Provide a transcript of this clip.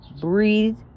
breathe